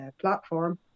platform